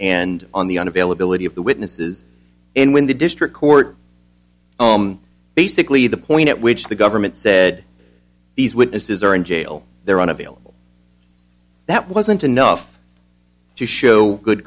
and on the on availability of the witnesses and when the district court basically the point at which the government said these witnesses are in jail they're unavailable that wasn't enough to show good